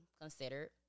considered